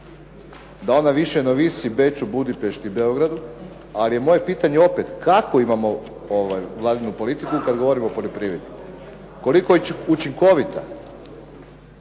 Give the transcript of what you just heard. da ona više ne ovisi o Beču, Budimpešti, Beogradu, ali je moje pitanje opet kako imamo Vladinu politiku kada govorimo o poljoprivredi. Koliko je učinkovita?